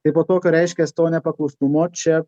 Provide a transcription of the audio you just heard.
tai po tokio reiškias to nepaklusnumo čia